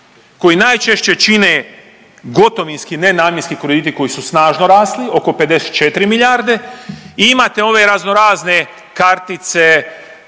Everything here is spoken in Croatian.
koji najčešće čine gotovinski nenamjenski krediti koji su snažno rasli, oko 54 milijarde i imate ove razno razne kartice